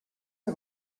est